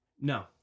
No